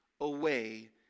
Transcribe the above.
away